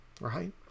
Right